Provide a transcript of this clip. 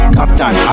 Captain